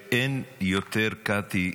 קטי,